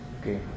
Okay